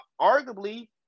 arguably –